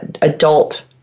adult